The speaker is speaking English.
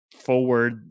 Forward